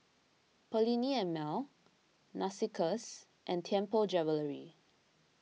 Perllini and Mel Narcissus and Tianpo Jewellery